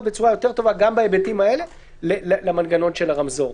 בצורה יותר טובה גם בהיבטים האלה למנגנון של הרמזור.